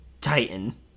titan